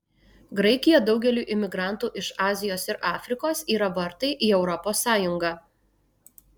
graikija daugeliui imigrantų iš azijos ir afrikos yra vartai į europos sąjungą